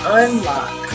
unlock